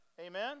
Amen